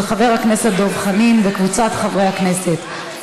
של חבר הכנסת דב חנין וקבוצת חברי הכנסת.